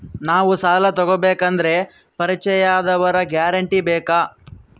ನಾವು ಸಾಲ ತೋಗಬೇಕು ಅಂದರೆ ಪರಿಚಯದವರ ಗ್ಯಾರಂಟಿ ಬೇಕಾ?